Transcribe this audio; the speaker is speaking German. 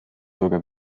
bürger